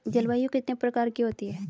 जलवायु कितने प्रकार की होती हैं?